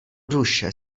duše